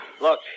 Look